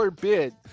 bid